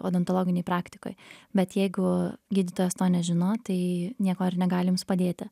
odontologinėj praktikoj bet jeigu gydytojas to nežino tai nieko ir negali jums padėti